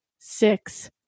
six